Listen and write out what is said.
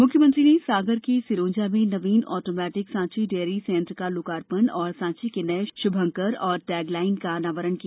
मुख्यमंत्री ने सागर के सिरोंजा में नवीन ऑटोमेटिक साँची डेयरी संयंत्र का लोकार्पण और सांची के नए शुभंकर एवं टैग लाइन का अनावरण भी किया